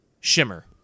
Shimmer